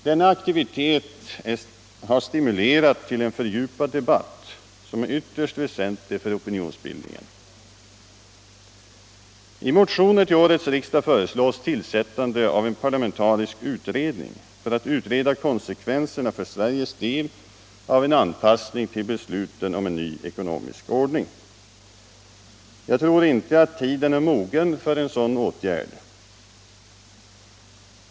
Denna aktivitet har stimulerat till en fördjupad debatt som är ytterst väsentlig för opinionsbildningen. I motioner till årets riksdag föreslås tillsättande av en parlamentarisk kommitté för att utreda konsekvenserna för Sveriges del av en anpassning till besluten om en ny ekonomisk ordning. Jag tror inte att tiden är mogen för en sådan åtgärd.